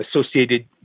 associated